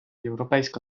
європейська